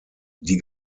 die